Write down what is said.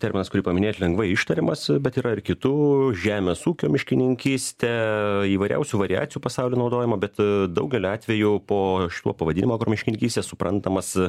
terminas kurį paminėjot lengvai ištariamas bet yra ir kitų žemės ūkio miškininkystė įvairiausių variacijų pasaulyje naudojama bet daugelį atvejų po šituo pavadinimu miškininkystės suprantamas